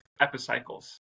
epicycles